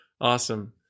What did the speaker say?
Awesome